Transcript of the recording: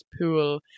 pool